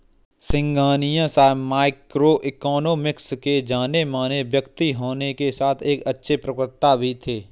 सिंघानिया साहब micro economics के जानेमाने व्यक्तित्व होने के साथ अच्छे प्रवक्ता भी है